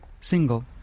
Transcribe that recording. single